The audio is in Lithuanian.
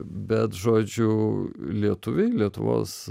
bet žodžiu lietuviai lietuvos